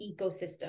ecosystem